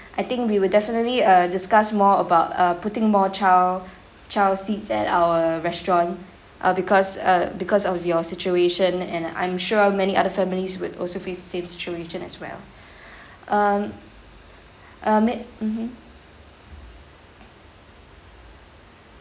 I think we will definitely uh discuss more about uh putting more child child seats at our restaurant uh because uh because of your situation and I'm sure many other families would also face the same situation as well um uh may mmhmm